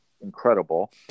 incredible